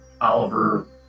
Oliver